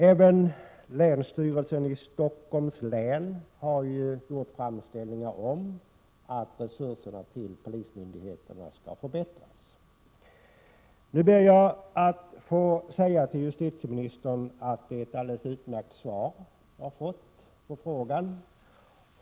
Även länsstyrelsen i Stockholms län har ju gjort framställningar om att resurserna till polismyndigheten skall förstärkas. Nu vill jag säga till justitieministern att jag har fått ett alldeles utmärkt svar på min fråga.